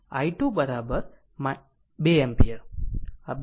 તેથી i2 2 ampere 2 ampere છે